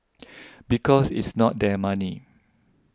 because it's not their money